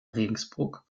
regensburg